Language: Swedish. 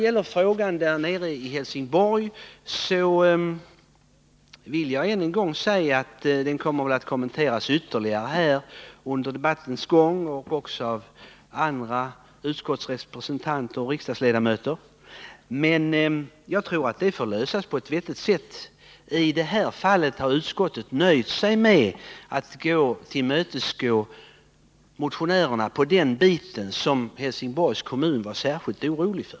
tets verksamhets Vad beträffar frågan om Helsingborg vill jag än en gång säga att den väl område kommer att kommenteras ytterligare under debattens gång även av andra utskottsrepresentanter och övriga riksdagsledamöter. Den frågan måste lösas på ett vettigt sätt. I detta fall.har utskottet nöjt sig med att tillmötesgå motionärerna på den bit som Helsingborgs kommun varit särskilt orolig för.